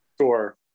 Sure